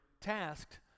tasked